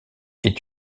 est